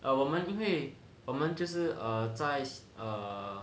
err 我们因为我们就是 err 在 err